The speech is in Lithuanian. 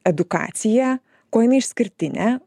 edukacija kuo jinai išskirtinė